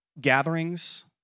gatherings